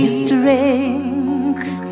strength